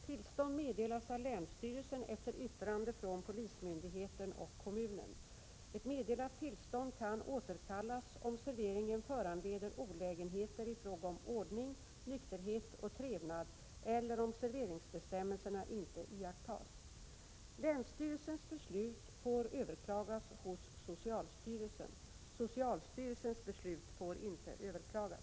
Tillstånd meddelas av länsstyrelsen efter yttrande från polismyndigheten och kommunen. Ett meddelat tillstånd kan återkallas om serveringen föranleder olägenheter i fråga om ordning, nykterhet och trevnad eller om serveringsbestämmelserna inte iakttas. Länsstyrelsens beslut får överklagas hos socialstyrelsen. Socialstyrelsens beslut får inte överklagas.